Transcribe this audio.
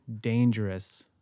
dangerous